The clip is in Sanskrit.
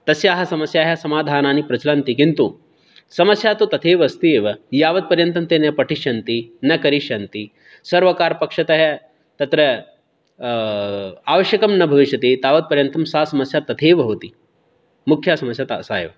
तस्याः समस्याः समाधानानि प्रचलन्ति किन्तु समस्या तु तथैव अस्ति एव यावत् पर्यन्तं ते न पठिष्यन्ति न करिष्यन्ति सर्वकारपक्षतः तत्र आवश्यकं न भविष्यति तावत् पर्यन्तं सा समस्या तथैव भवति मुख्या समस्या ता सा एव